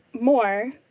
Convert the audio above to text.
more